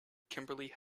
kimberly